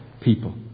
people